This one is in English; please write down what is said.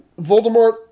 Voldemort